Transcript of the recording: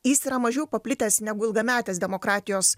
jis yra mažiau paplitęs negu ilgametės demokratijos